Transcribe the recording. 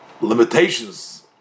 limitations